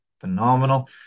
phenomenal